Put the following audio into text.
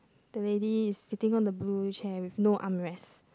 the lady is sitting on a blue chair with no armrest